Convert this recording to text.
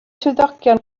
swyddogion